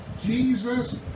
Jesus